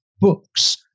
Books